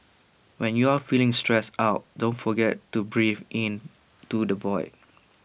when you are feeling stressed out don't forget to breathe into the void